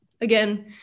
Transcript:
Again